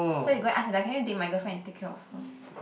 so they go ask that guy can you date my girlfriend and take care of her